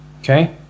okay